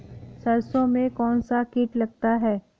सरसों में कौनसा कीट लगता है?